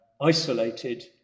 isolated